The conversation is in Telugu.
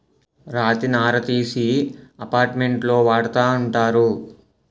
రాతి నార తీసి అపార్ట్మెంట్లో వాడతా ఉంటారు